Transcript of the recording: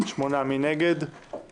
לכן צריך עוד השבוע להאריך את הסדר הדחייה